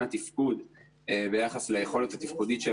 מסוגלות תעסוקתית,